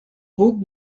puc